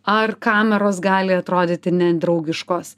ar kameros gali atrodyti nedraugiškos